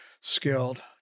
skilled